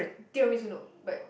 tiramisu no but